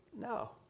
No